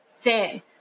thin